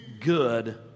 good